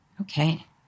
Okay